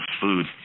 food